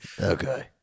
Okay